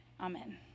Amen